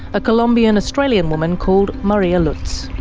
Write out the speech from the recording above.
a colombian-australian woman called maria lutz.